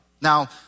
Now